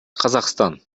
казакстан